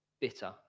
bitter